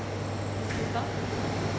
the chu kang